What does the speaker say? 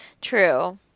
True